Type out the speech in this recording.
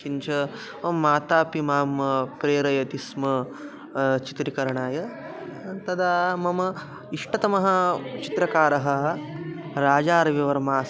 किञ्च मातापि माम् प्रेरयति स्म चित्रीकरणाय तदा मम इष्टतमः चित्रकारः राजारविवर्मा अस्ति